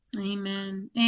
Amen